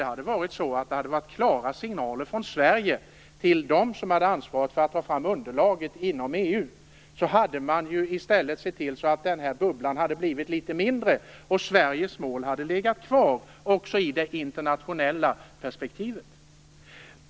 Hade det kommit klara signaler från Sverige till dem som hade ansvaret för att ta fram underlaget inom EU hade man i stället sett till att bubblan blivit litet mindre. Sveriges mål hade legat kvar också i det internationella perspektivet.